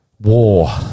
war